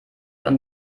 und